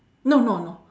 no no no